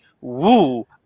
Woo